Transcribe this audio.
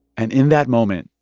and in that moment,